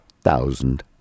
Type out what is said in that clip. thousand